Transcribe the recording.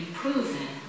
proven